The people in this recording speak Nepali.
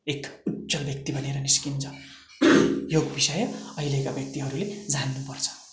एक उच्च व्यक्ति बनेर निस्किन्छ यो विषय अहिलेका व्यक्तिहरूले जान्नुपर्छ